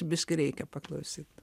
biškį reikia paklausyt